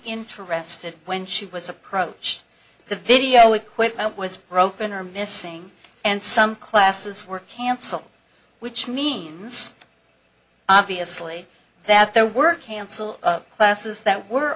interested when she was approached the video equipment was broken or missing and some classes were canceled which means obviously that there were canceled classes that were